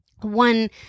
one